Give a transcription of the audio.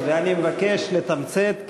אני מבקש לתמצת,